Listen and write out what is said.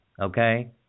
Okay